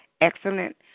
excellent